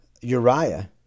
Uriah